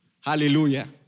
Hallelujah